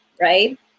right